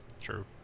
True